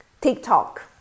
TikTok